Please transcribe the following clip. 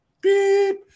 Beep